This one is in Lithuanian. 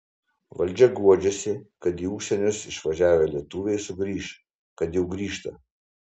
valdžia guodžiasi kad į užsienius išvažiavę lietuviai sugrįš kad jau grįžta